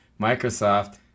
Microsoft